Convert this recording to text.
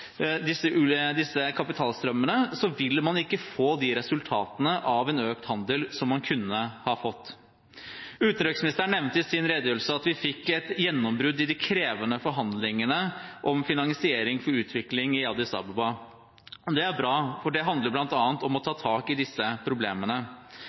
disse kapitalstrømmene, vil man ikke få de resultatene av en økt handel som man kunne ha fått. Utenriksministeren nevnte i sin redegjørelse at vi fikk et gjennombrudd i de krevende forhandlingene om finansiering for utvikling i Addis Abeba. Det er bra, for det handler bl.a. om å